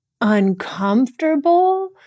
uncomfortable